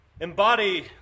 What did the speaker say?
embody